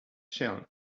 shell